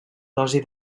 dosi